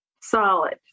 solid